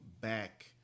back